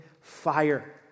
fire